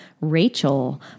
Rachel